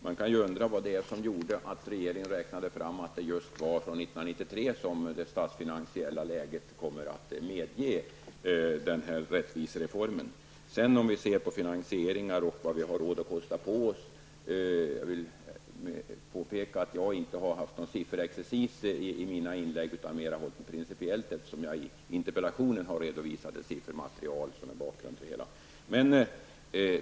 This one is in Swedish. Man kan ju undra vad det var som gjorde att regeringen räknade fram att det statsfinansiella läget från just år 1993 kommer att medge denna rättvisereform. Om vi ser på finansieringen och vad vi har råd att kosta på oss, vill jag påpeka att jag inte har ägnat mig åt någon sifferexpercis i mina inlägg. Jag har hållit dem mer principiella eftersom jag har redovisat ett siffermaterial i interpellationen. Detta siffermaterial är bakgrund till det hela.